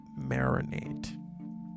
marinate